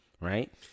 right